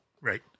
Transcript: Right